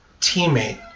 teammate